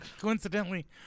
coincidentally